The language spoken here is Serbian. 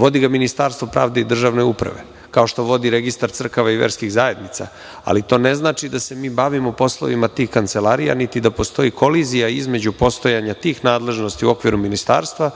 Vodi ga Ministarstvo pravde i državne uprave, kao što vodi registar crkava i verskih zajednica, ali to ne znači da se mi bavimo poslovima tih kancelarija, niti da postoji kolizija između postojanja tih nadležnosti u okviru Ministarstva